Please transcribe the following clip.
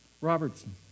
Robertson